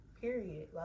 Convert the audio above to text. Period